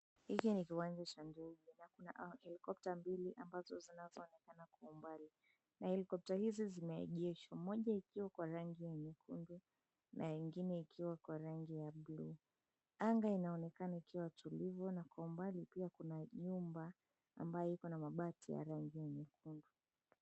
Hiki ni kiwanja cha ndege na kuna helikopta mbili ambazo zinazoonekana kwa umbali na helikopta hizi zimeegeshwa, moja ikiwa kwa rangi nyekundu na ingine ikiwa kwa rangi ya blue . Anga inaonekana ikiwa tulivu na kwa umbali pia kuna nyumba ambayo ikona mabati ya rangi nyekundu.